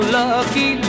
lucky